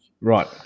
Right